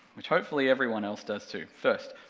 which hopefully everyone else does too. first,